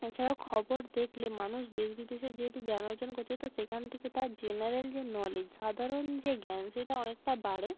এছাড়াও খবর দেখলে মানুষ দেশ বিদেশের যেহেতু জ্ঞান অর্জন করছে তো সেখান থেকে তার জেনারেল যে নলেজ সাধারণ যে জ্ঞান সেটা অনেকটা বাড়ে